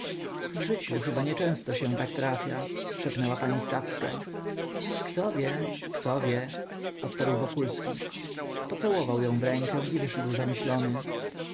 w życiu chyba nieczęsto się tak trafia szepnęła pani stawska kto wie kto wie odparł wokulski pocałował ją w rękę i wyszedł zamyślony